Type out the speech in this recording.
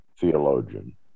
theologian